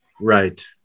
right